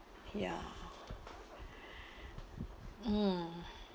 ya mm